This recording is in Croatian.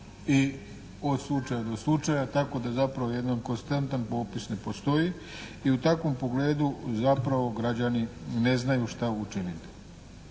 i od slučaja do slučaja tako da zapravo jedan konzistentan popis ne postoji. I u takvom pogledu zapravo građani ne znaju šta učiniti.